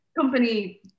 company